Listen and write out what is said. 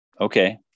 okay